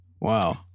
wow